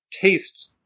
taste